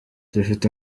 dufite